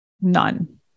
none